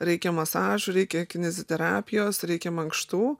reikia masažų reikia kineziterapijos reikia mankštų